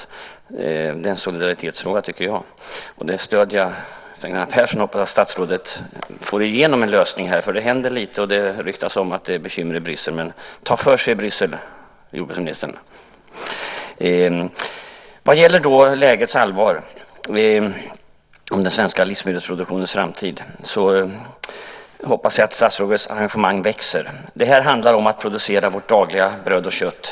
Det är en solidaritetsfråga, tycker jag, och jag stöder Sven Gunnar Persson och hoppas att statsrådet får igenom en lösning här. Det händer lite, och det ryktas om att det är bekymmer i Bryssel, men ta för sig i Bryssel, jordbruksministern! Vad gäller lägets allvar och den svenska livsmedelsproduktionens framtid hoppas jag att statsrådets engagemang växer. Det här handlar om att producera vårt dagliga bröd och kött.